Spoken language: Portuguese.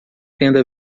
tenda